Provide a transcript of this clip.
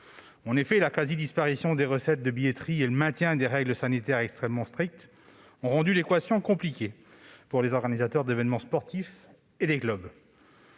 stade ». La quasi-disparition des recettes de billetterie et le maintien de règles sanitaires extrêmement strictes ont rendu l'équation compliquée pour les organisateurs d'événements sportifs et les clubs.